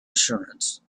assurance